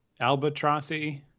albatrossy